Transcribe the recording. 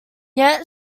yet